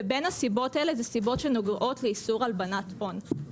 ובין הסיבות אלה הן סיבות שנוגעות לאיסור הלבנת הון.